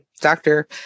doctor